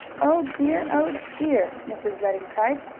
oh dear! oh dear! mrs. redden cried.